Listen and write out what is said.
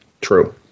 True